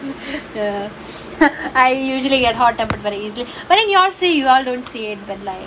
I usually get hot tempered but you all say you all don't see it but like